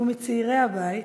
שהוא מצעירי הבית,